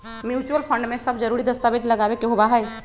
mutual fund में सब जरूरी दस्तावेज लगावे के होबा हई